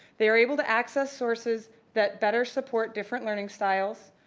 they are able to access sources that better support different learning styles,